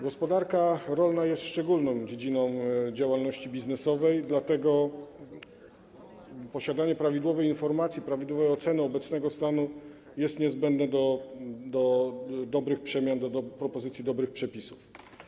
Gospodarka rolna jest szczególną dziedziną działalności biznesowej, dlatego posiadanie prawidłowej informacji, prawidłowej oceny obecnego stanu jest niezbędne w wypadku dobrych przemian, propozycji dobrych przepisów.